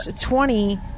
Twenty